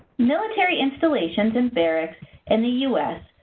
military installations and barracks in the us,